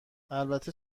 البته